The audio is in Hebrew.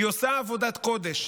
היא עושה עבודת קודש.